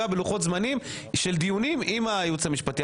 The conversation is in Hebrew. בלוחות הזמנים של דיונים עם הייעוץ המשפטי.